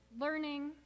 learning